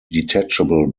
detachable